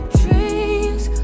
dreams